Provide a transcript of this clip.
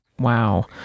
Wow